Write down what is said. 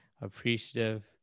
appreciative